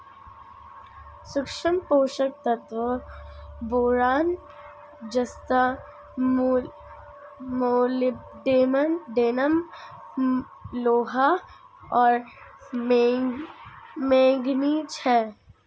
सूक्ष्म पोषक तत्व बोरान जस्ता मोलिब्डेनम लोहा और मैंगनीज हैं